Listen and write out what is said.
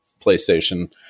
PlayStation